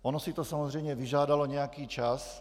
Ono si to samozřejmě vyžádalo nějaký čas.